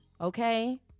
okay